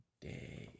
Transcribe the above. day